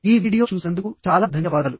ఈ వీడియో చూసినందుకు చాలా ధన్యవాదాలు